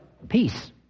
Peace